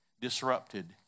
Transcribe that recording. disrupted